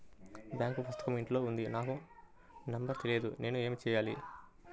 Bank పుస్తకం ఇంట్లో ఉంది నాకు నంబర్ తెలియదు నేను ఏమి చెయ్యాలి?